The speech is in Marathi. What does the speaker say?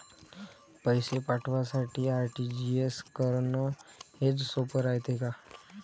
पैसे पाठवासाठी आर.टी.जी.एस करन हेच सोप रायते का?